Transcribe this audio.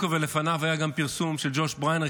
ולפניו היה גם פרסום של ג'וש בריינר,